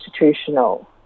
institutional